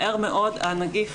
הנגיף